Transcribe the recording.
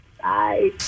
Bye